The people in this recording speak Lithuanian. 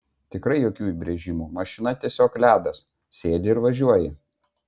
tikrai jokių įbrėžimų mašina tiesiog ledas sėdi ir važiuoji